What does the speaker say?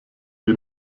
die